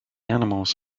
animals